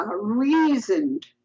reasoned